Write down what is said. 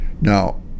Now